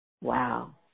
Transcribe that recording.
Wow